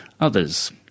others